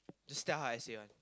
just tell her I say one